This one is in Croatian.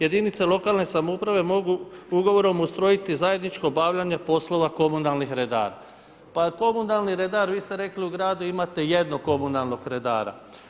Jedinice lokalne samouprave mogu ugovorom ustrojiti zajedničko obavljanje poslova komunalnih redara.“ Pa komunalni redar, vi ste rekli u gradu imate jednog komunalnog redara.